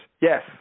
Yes